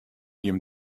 jim